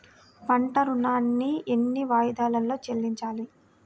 పంట ఋణాన్ని ఎన్ని వాయిదాలలో చెల్లించాలి?